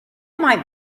might